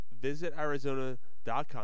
visitarizona.com